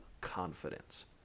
confidence